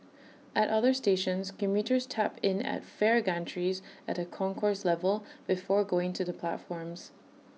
at other stations commuters tap in at fare gantries at A concourse level before going to the platforms